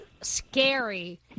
scary